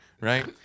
Right